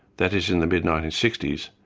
that is in the mid nineteen sixty s,